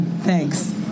thanks